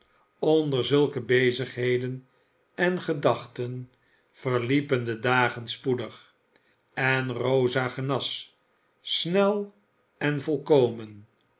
onder zulke bezigheden en gedachten verliepen de dagen spoedig en rosa genas snel en volkomen